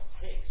takes